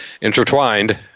intertwined